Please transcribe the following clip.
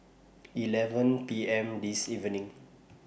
eleven P M This evening